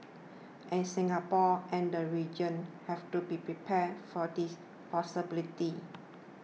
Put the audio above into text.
and Singapore and the region have to be prepared for this possibility